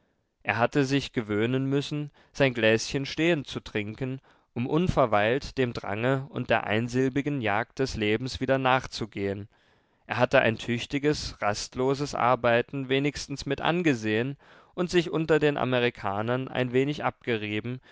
er hatte sich gewöhnen müssen sein gläschen stehend zu trinken um unverweilt dem drange und der einsilbigen jagd des lebens wieder nachzugehen er hatte ein tüchtiges rastloses arbeiten wenigstens mit angesehen und sich unter den amerikanern ein wenig abgerieben